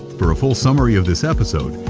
for a full summary of this episode,